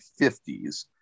50s